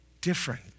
different